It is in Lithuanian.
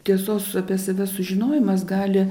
tiesos apie save sužinojimas gali